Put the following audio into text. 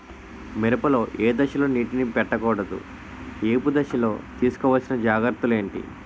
మిరప లో ఏ దశలో నీటినీ పట్టకూడదు? ఏపు దశలో తీసుకోవాల్సిన జాగ్రత్తలు ఏంటి?